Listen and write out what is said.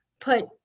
put